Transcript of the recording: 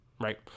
right